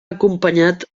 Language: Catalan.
acompanyat